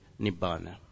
Nibbana